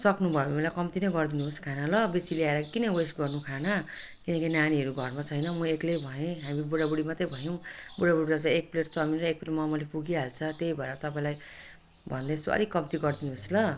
सक्नुभयो भने कम्ती नै गर्दिनुहोस् खाना ल बेसी ल्याएर किन वेस्ट गर्नु खाना किनकी नानीहरू घरमा छैन म एक्लै भएँ हामी बुढाबुढी मात्रै भयौँ बुढाबुढीलाई त एक प्लेट चाउमिन र एक प्लेट मोमोले पुगिहाल्छ त्यही भएर तपाईँलाई भन्दैछु अलिक कम्ती गरिदिनुहोस् ल